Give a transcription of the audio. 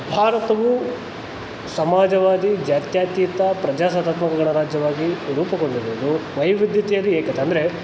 ಭಾರತವು ಸಮಾಜವಾದಿ ಜಾತ್ಯಾತೀತ ಪ್ರಜಾ ಸತ್ತಾತ್ಮಕ ಗಣ ರಾಜ್ಯವಾಗಿ ರೂಪುಗೊಂಡಿರುವುದು ವೈವಿಧ್ಯತೆಯಲ್ಲಿ ಏಕತೆ ಅಂದರೆ